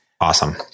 awesome